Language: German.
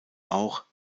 auch